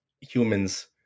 humans